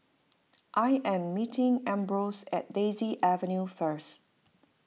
I am meeting Ambrose at Daisy Avenue first